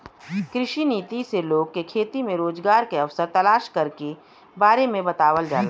कृषि नीति से लोग के खेती में रोजगार के अवसर तलाश करे के बारे में बतावल जाला